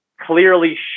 Clearly